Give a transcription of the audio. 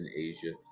Asia